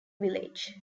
village